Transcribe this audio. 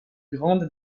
grande